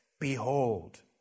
Behold